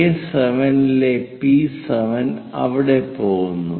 A7 ലെ P7 അവിടെ പോകുന്നു